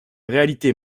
réalité